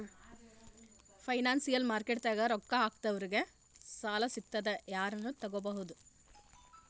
financial ಮಾರ್ಕೆಟ್ದಾಗ್ ರೊಕ್ಕಾ ಬೇಕಾದವ್ರಿಗ್ ಸಾಲ ಸಿಗ್ತದ್ ಯಾರನು ತಗೋಬಹುದ್